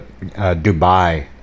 Dubai